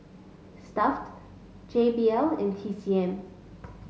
Stuff'd J B L and T C M